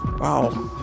Wow